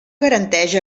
garanteix